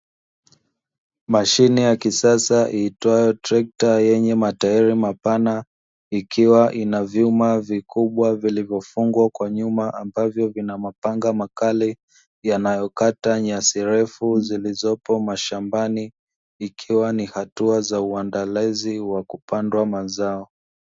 Mashine ya kisasa iitwayo trekta yenye matairi mapana, ikiwa ina vyuma vikubwa vilivyofungwa kwa nyuma ambavyo vina mapanga makali, yanayokata nyasi refu, zilizopo mashambani. Ikiwa ni hatua ya uandalizi wa kupandwa mazao.